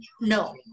no